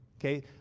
okay